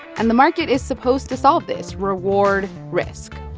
and the market is supposed to solve this, reward risk.